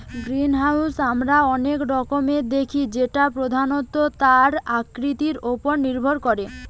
greenhouse আমরা অনেক রকমের দেখি যেটা প্রধানত তার আকৃতি উপর নির্ভর করে